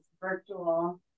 virtual